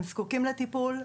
הם זקוקים לטיפול,